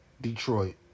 Detroit